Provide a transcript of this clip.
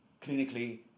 clinically